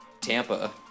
Tampa